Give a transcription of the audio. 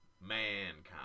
Mankind